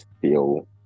feel